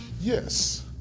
Yes